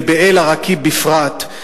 ובאל-עראקיב בפרט.